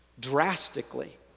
drastically